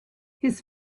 his